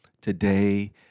today